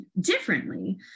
differently